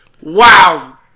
Wow